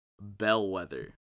bellwether